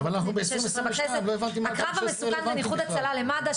הקרב המסוכן בין איחוד הצלה למד"א,